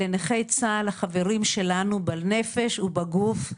לנכי צה"ל החברים שלנו בנפש ובגוף,